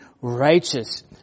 righteous